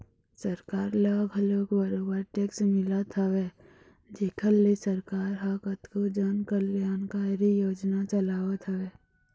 सरकार ल घलोक बरोबर टेक्स मिलत हवय जेखर ले सरकार ह कतको जन कल्यानकारी योजना चलावत हवय